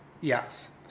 yes